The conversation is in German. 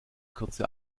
kurze